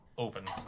Opens